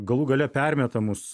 galų gale permetamus